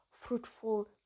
fruitful